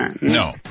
No